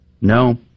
No